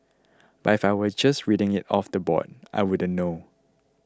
but if I were just reading it off the board I wouldn't know